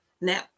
Now